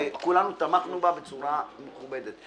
וכולנו תמכנו בה בצורה מכובדת.